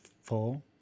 four